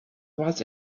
was